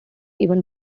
even